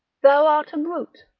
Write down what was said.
thou art a brute.